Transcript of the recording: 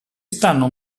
stanno